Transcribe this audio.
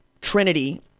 Trinity